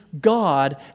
God